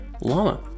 Llama